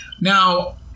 now